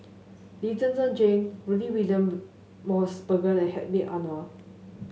Lee Zhen Zhen Jane Rudy William Mosbergen and Hedwig Anuar